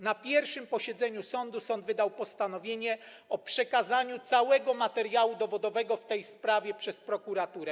Na pierwszym posiedzeniu sądu sąd wydał postanowienie o przekazaniu całego materiału dowodowego w tej sprawie przez prokuraturę.